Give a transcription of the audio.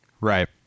right